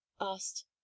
asked